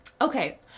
Okay